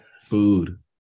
food